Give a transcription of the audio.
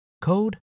code